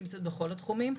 היא נמצאת בכל התחומים.